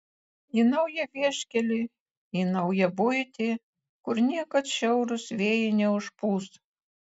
į naują vieškelį į naują buitį kur niekad šiaurūs vėjai neužpūs